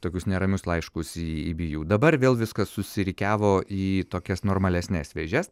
tokius neramius laiškus į vju dabar vėl viskas susirikiavo į tokias normalesnes vėžes